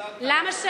דילגת על הזעתר.